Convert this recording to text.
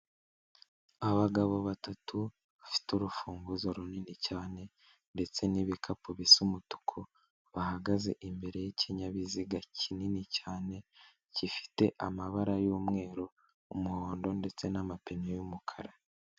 Abagabo batatu bafite urufunguzo runini cyane ndetse n'ibikapu bisa umutuku bahagaze imbere y'ikinyabiziga kinini cyane gifite amabara y'umweru umuhondo ndetse n'amapine y'umukara.